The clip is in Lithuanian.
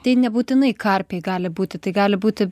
tai nebūtinai karpiai gali būti tai gali būti